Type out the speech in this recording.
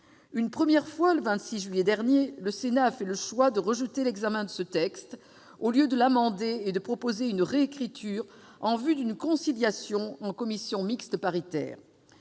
Une première fois, le 26 juillet dernier, le Sénat a fait le choix de ne pas examiner ce texte, au lieu de l'amender et d'en proposer une réécriture en vue d'une conciliation en commission mixte paritaire.